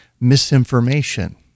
misinformation